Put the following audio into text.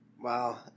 Wow